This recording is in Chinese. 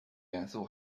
元素